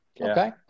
Okay